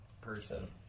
person